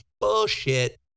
Bullshit